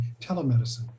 telemedicine